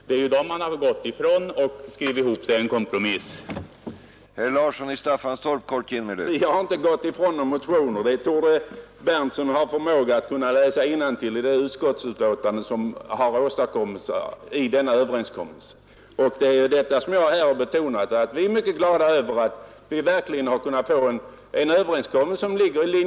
Det är ju dessa man har gått ifrån och i stället skrivit ihop ett kompromissförslag.